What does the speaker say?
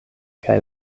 kaj